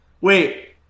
Wait